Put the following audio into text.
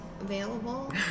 available